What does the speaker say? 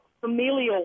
familial